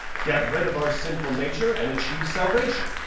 get rid of our sinful nature and achieve salvation.